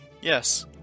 Yes